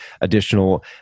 additional